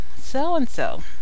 so-and-so